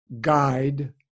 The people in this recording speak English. guide